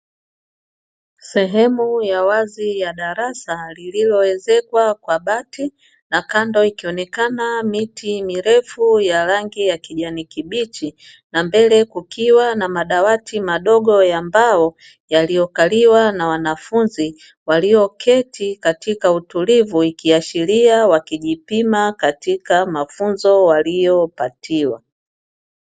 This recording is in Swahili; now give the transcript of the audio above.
Sehemu ya wazi ya darasa, lililoezekwa kwa bati na kando ikionekana miti mirefu ya rangi ya kijani kibichi, na mbele kukiwa na madawati madogo ya mbao yaliyokaliwa na wanafunzi walioketi katika utulivu. Ikiashiria wakijipima katika mafunzo waliyopatiwa.